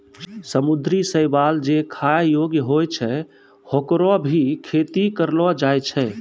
समुद्री शैवाल जे खाय योग्य होय छै, होकरो भी खेती करलो जाय छै